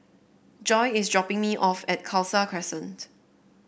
Joye is dropping me off at Khalsa Crescent